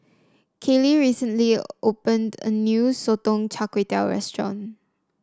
Kayley recently opened a new Sotong Char restaurant